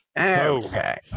Okay